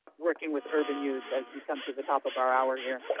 working with urban youth as we come to the top of our hour here.